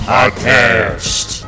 Podcast